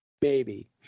baby